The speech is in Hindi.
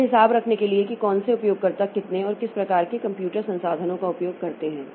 फिर हिसाब रखने के लिए कि कौन से उपयोगकर्ता कितने और किस प्रकार के कंप्यूटर संसाधनों का उपयोग करते हैं